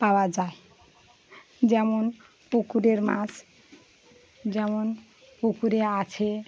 পাওয়া যায় যেমন পুকুরের মাছ যেমন পুকুরে আছে